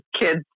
kids